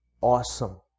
awesome